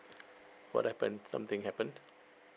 what happen something happened